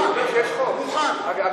הוא מוכן.